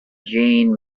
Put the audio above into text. jean